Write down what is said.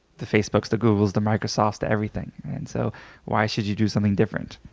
the facebooks, the googles, the microsofts, the everything. and so why should you do something different?